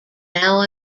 now